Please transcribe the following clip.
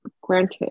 granted